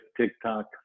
tiktok